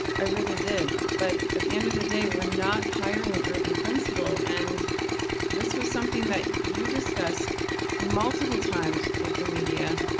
i really did. but at the end of the day we're not hiring an urban principal. and this was something that you discussed multiple times with the media.